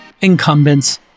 incumbents